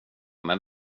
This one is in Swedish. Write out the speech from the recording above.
men